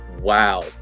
Wow